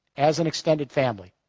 as an extended family,